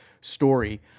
story